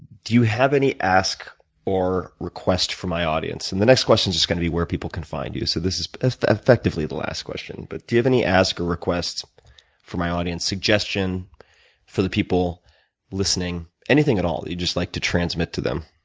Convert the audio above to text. do you have any asks or requests for my audience? and the next question is just going to be where people can find you, so this is effectively the last question. but do you have any asks or requests for my audience, suggestion for the people listening? anything at all that you'd just like to transmit to them?